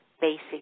basic